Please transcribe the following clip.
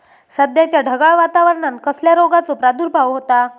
सध्याच्या ढगाळ वातावरणान कसल्या रोगाचो प्रादुर्भाव होता?